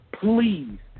Please